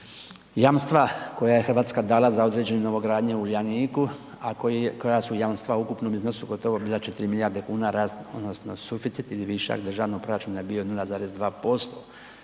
jamstva koja je Hrvatska dala za određenu novogradnju u Uljaniku a koja su jamstva u ukupnom iznosu gotovo bila 4 milijarde kuna rast odnosno suficit ili višak državnog proračuna je bio 0,2%.